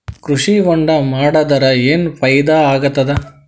ಕೃಷಿ ಹೊಂಡಾ ಮಾಡದರ ಏನ್ ಫಾಯಿದಾ ಆಗತದ?